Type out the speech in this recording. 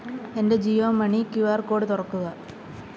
എൻ്റെ Jio money Q R code തുറക്കുക